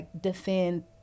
defend